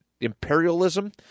imperialism